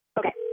okay